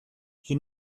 you